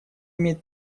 имеет